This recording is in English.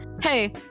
hey